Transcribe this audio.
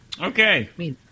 Okay